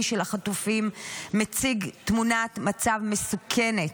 של החטופים מציג תמונת מצב מסוכנת.